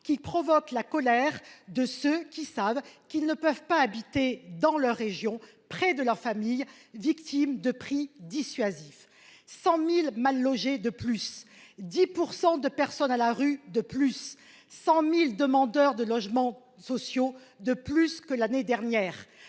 qui provoque la colère de ceux qui savent qu'ils ne peuvent pas habiter dans leur région près de leur famille victime de prix dissuasif 100.000 mal logés de plus 10% de personnes à la rue de plus 100.000 demandeurs de logements sociaux de plus que l'année dernière